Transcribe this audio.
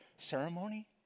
ceremony